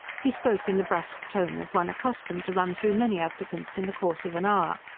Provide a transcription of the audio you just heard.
he spoke in the brusque tone of one accustomed to run through many applicants in the course of an hour.